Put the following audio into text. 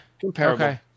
comparable